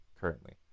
currently